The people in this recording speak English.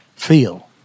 Feel